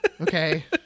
Okay